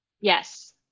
Yes